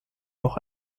auch